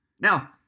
Now